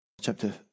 Chapter